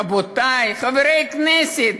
רבותי חברי הכנסת,